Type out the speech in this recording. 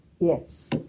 yes